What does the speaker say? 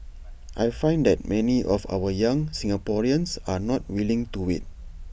I find that many of our young Singaporeans are not willing to wait